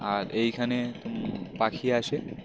আর এইখানে এরকম পাখি আসে